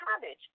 cabbage